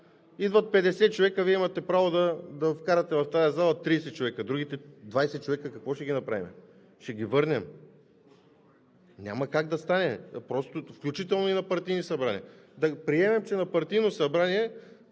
идват 50 човека, а Вие имате право да вкарате в тази зала 30 човека, другите 20 човека какво ще ги направим? Ще ги върнем?! Няма как да стане, включително и на партийно събрание. Да приемем, че на партийно събрание